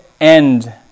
End